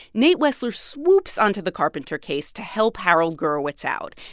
nate wessler swoops onto the carpenter case to help harold gurewitz out.